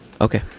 Okay